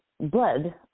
blood